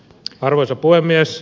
arvoisa puhemies